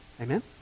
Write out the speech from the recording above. Amen